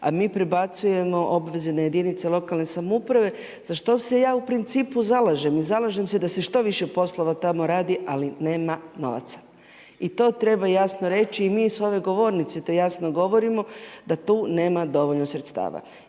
a mi prebacujemo obveze na jedinice lokalne samouprave za što se ja u principu zalažem i zalažem se da se što više poslova tamo radi, ali nema novaca. I to treba jasno reći i mi s ove govornice to jasno govorimo da tu nema dovoljno sredstava.